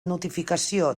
notificació